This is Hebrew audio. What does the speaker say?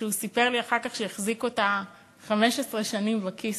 והוא סיפר לי אחר כך שהוא החזיק אותה 15 שנים בכיס,